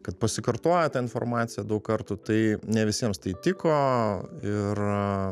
kad pasikartoja ta informacija daug kartų tai ne visiems tai tiko ir